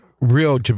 real